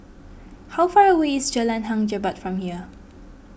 how far away is Jalan Hang Jebat from here